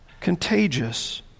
contagious